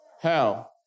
Hell